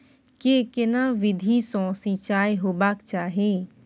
के केना विधी सॅ सिंचाई होबाक चाही?